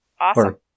awesome